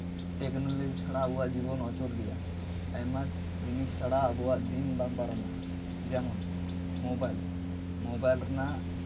technology ᱪᱷᱟᱲᱟ ᱟᱵᱚᱣᱟᱜ ᱡᱤᱵᱚᱱ ᱚᱪᱚᱞ ᱜᱮᱭᱟ ᱟᱭᱢᱟ ᱡᱤᱱᱤᱥ ᱪᱷᱟᱲᱟ ᱟᱵᱚᱣᱟᱜ ᱫᱤᱱ ᱵᱟᱝ ᱯᱟᱨᱚᱢᱚᱜᱼᱟ ᱡᱮᱢᱚᱱ ᱢᱳᱵᱟᱭᱤᱞ ᱢᱳᱵᱟᱭᱤᱞ ᱨᱮᱱᱟᱜ